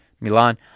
Milan